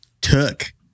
took